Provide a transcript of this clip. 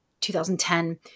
2010